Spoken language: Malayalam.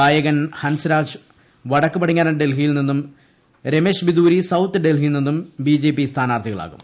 ഗായകൻ ഹൻസ്രാജ് വടക്ക് പടിഞ്ഞാറൻ ഡൽഹിയിൽ നിന്നും രമേശ് ബിദൂരി സൌത്ത് ഡൽഹിയിൽ നിന്നും ബി ജെ പി സ്ഥാനാർത്ഥികളാകും